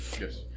yes